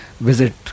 visit